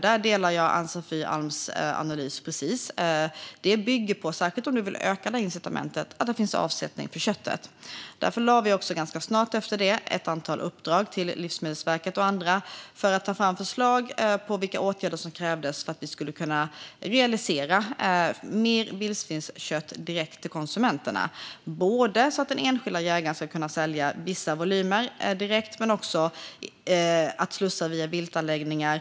Där delar jag Ann-Sofie Alms analys: Det bygger på, särskilt om man vill öka incitamentet, att det finns avsättning för köttet. Därför gav vi ganska snart efter det ett antal uppdrag till Livsmedelsverket och andra att ta fram förslag på vilka åtgärder som krävdes för att vi skulle kunna realisera mer vildsvinskött direkt till konsumenterna. Det handlar både om att den enskilda jägaren ska kunna sälja vissa volymer direkt och om att slussa det via viltanläggningar.